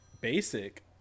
basic